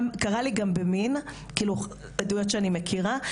זה קרה גם במין בעדויות שאני מכירה,